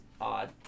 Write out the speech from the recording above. odd